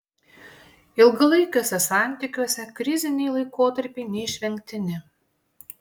ilgalaikiuose santykiuose kriziniai laikotarpiai neišvengtini